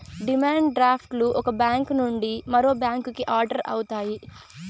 demand draft లు ఒక bank నుండి మరో బ్యాంకుకి ఆర్డర్ అవుతాయి